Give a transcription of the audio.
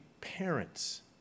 parents